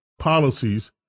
policies